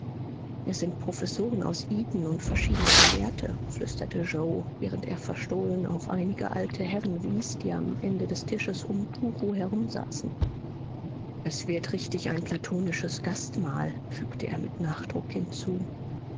es sind professoren aus eton und verschiedene gelehrte flüsterte yoe während er verstohlen auf einige alte herren wies die am ende des tisches um guru herumsaßen es wird richtig ein platonisches gastmahl fügte er mit nachdruck hinzu